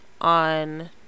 on